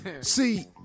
See